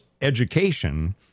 education